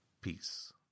peace